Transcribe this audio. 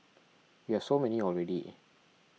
you have so many already